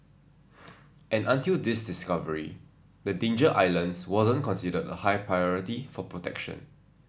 and until this discovery the Danger Islands wasn't considered a high priority for protection